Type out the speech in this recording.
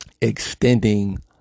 extending